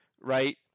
right